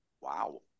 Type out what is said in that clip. Wow